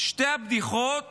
שתי בדיחות